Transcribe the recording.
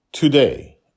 Today